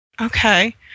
Okay